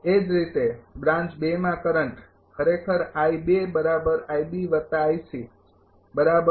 એ જ રીતે બ્રાન્ચ ૨ માં કરંટ ખરેખર